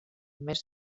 més